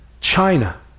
China